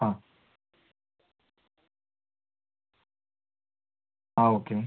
ആ ആ ഓക്കെ